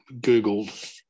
googled